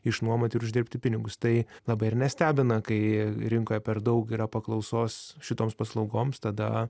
išnuomoti ir uždirbti pinigus tai labai ir nestebina kai rinkoje per daug yra paklausos šitoms paslaugoms tada